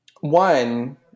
One